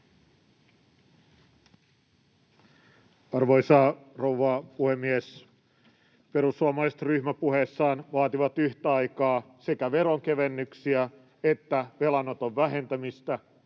Arvoisa rouva puhemies! Perussuomalaiset ryhmäpuheessaan vaativat yhtä aikaa sekä veronkevennyksiä että velanoton vähentämistä